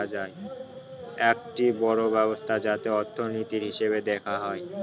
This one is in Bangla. একটি বড়ো ব্যবস্থা যাতে অর্থনীতির, হিসেব দেখা হয়